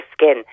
skin